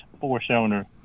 four-cylinder